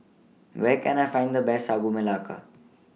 Where Can I Find The Best Sagu Melaka